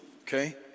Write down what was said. okay